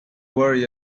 worry